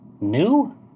new